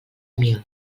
mil